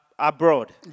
abroad